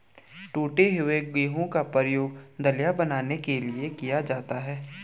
टूटे हुए गेहूं का प्रयोग दलिया बनाने के लिए किया जाता है